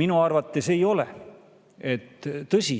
Minu arvates ei ole. Tõsi,